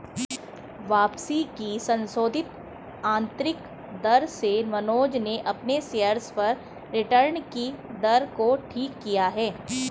वापसी की संशोधित आंतरिक दर से मनोज ने अपने शेयर्स पर रिटर्न कि दर को ठीक किया है